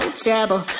trouble